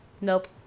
Nope